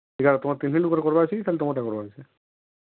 ଠିକ୍ ହେ ତୁମର୍ ତିନ୍ ଲୋକ୍ର କର୍ବାର୍ ଅଛି ଖାଲି ତମର୍ଟା କର୍ବାର୍ ଅଛି